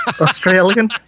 australian